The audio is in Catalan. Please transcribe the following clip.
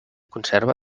conserva